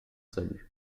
salut